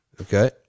Okay